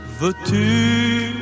veux-tu